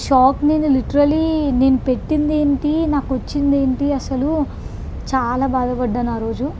shop మీద literally నేను పెట్టిందేంటి నాకొచ్చిందేంటి అసలు చాలా బాధపడ్డాను ఆరోజు